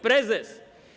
Prezes.